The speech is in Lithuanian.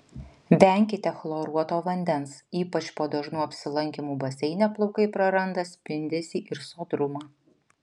venkite chloruoto vandens ypač po dažnų apsilankymų baseine plaukai praranda spindesį ir sodrumą